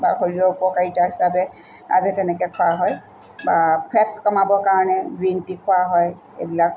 বা শৰীৰৰ উপকাৰিতা হিচাপে আমি তেনেকৈ খোৱা হয় বা ফেট্ছ কমাবৰ কাৰণে গ্ৰীণ টি খোৱা হয় এইবিলাক